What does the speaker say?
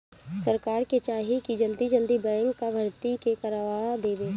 सरकार के चाही की जल्दी जल्दी बैंक कअ भर्ती के करवा देवे